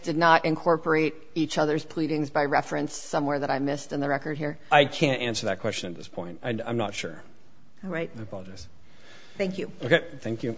did not incorporate each other's pleadings by reference somewhere that i missed on the record here i can't answer that question this point and i'm not sure right the bonus thank you thank you